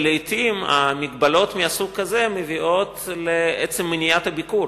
לעתים מגבלות מסוג כזה מביאות לעצם מניעת הביקור,